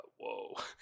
whoa